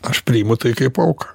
aš priimu tai kaip auką